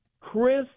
Chris